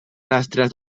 rastres